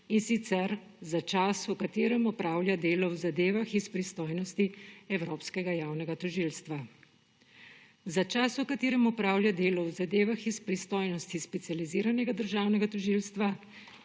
in sicer za čas, v katerem opravlja delo v zadevah iz pristojnosti Evropskega javnega tožilstva. Za čas, v katerem opravlja delo v zadevah iz pristojnosti Specializiranega državnega tožilstva,